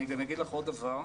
אני גם אגיד לך עוד דבר,